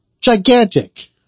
Gigantic